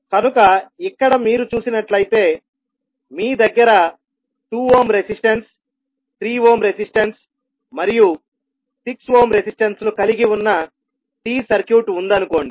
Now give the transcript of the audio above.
కనుక ఇక్కడ మీరు చూసినట్లయితే మీ దగ్గర 2 ఓమ్ రెసిస్టెన్స్ 3 ఓమ్ రెసిస్టెన్స్ మరియు 6 ఓమ్ రెసిస్టెన్స్ లు కలిగి ఉన్న T సర్క్యూట్ ఉందనుకోండి